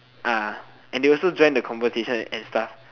and they also join the conversation and stuff